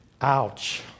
Ouch